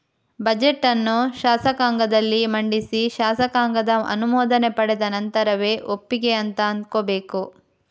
budget ಅನ್ನು ಶಾಸಕಾಂಗದಲ್ಲಿ ಮಂಡಿಸಿ ಶಾಸಕಾಂಗದ ಅನುಮೋದನೆ ಪಡೆದ ನಂತರವೇ ಒಪ್ಪಿಗೆ ಅಂತ ಅಂದ್ಕೋಬೇಕು